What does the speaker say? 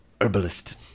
herbalist